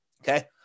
Okay